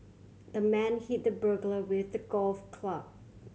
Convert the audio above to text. the man hit the burglar with a golf club